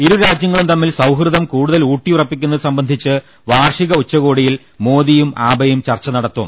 ഇരുരാജ്യങ്ങളും തമ്മിൽ സൌഹൃദം കൂടുതൽ ഊട്ടിയുറപ്പിക്കുന്നത് സംബന്ധിച്ച് വാർഷിക ഉച്ചകോടി യിൽ മോദിയും ആബെയും ചർച്ച നടത്തും